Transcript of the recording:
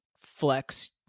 flex